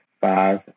five